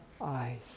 eyes